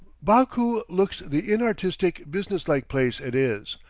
baku looks the inartistic, business-like place it is,